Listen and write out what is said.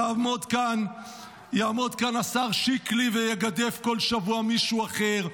יעמוד כאן השר שיקלי ויגדף כל שבוע מישהו אחר,